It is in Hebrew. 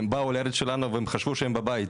הם באו לארץ שלנו והם חשבו שהם בבית,